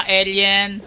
alien